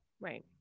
Right